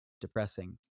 depressing